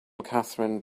catherine